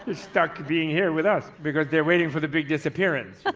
stuck being here with us because they are waiting for the big disappearance,